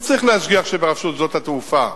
הוא צריך להשגיח שברשות שדות התעופה,